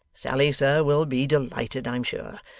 sally, sir, will be delighted i'm sure.